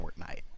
Fortnite